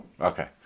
Okay